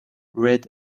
red